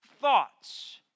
thoughts